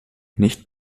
nicht